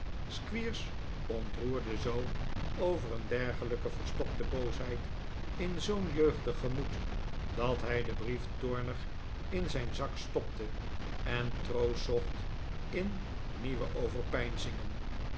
squeers ontroerde zoo over een dergelijke verstokte boosheid in zoo'n jeugdig gemoed dat hij den brief toornig in zijn zak stopte en troost zocht in nieuwe